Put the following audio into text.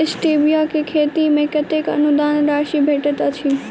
Stevia केँ खेती मे कतेक अनुदान राशि भेटैत अछि?